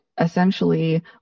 essentially